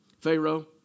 Pharaoh